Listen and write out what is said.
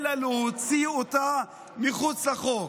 אלא להוציא אותה מחוץ לחוק.